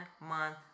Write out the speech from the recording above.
month